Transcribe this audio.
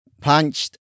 punched